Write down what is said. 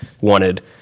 wanted